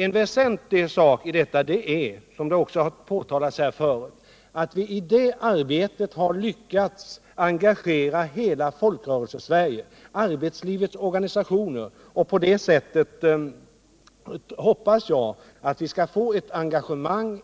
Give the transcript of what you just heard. En väsentlig sak i detta är, vilket framhållits här tidigare, att vi i det arbetet har lyckats engagera hela Folkrörelsesverige och arbetslivets organisationer. På det sättet hoppas jag att vi skall få ett engagemang